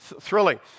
thrilling